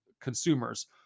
consumers